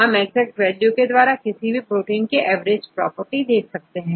हम exact value के द्वारा किसी भी प्रोटीन की एवरेज प्रॉपर्टी देख सकते हैं